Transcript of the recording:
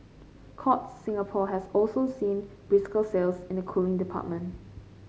Courts Singapore has also seen brisker sales in the cooling department